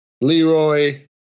Leroy